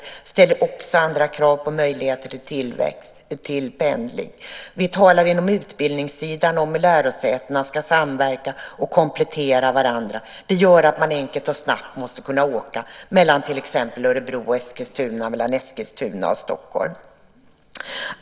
Det ställer också andra krav på möjligheter till tillväxt och pendling. På utbildningssidan talar vi om att lärosätena ska samverka och komplettera varandra. Då måste man enkelt och snabbt kunna åka mellan till exempel Örebro och Eskilstuna samt mellan Eskilstuna och Stockholm.